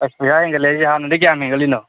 ꯑꯁ ꯄꯩꯁꯥ ꯍꯦꯟꯒꯠꯂꯦ ꯍꯥꯏꯁꯦ ꯍꯥꯟꯅꯗꯒꯤ ꯀꯌꯥꯝ ꯍꯦꯟꯒꯠꯂꯤꯅꯣ